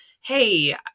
hey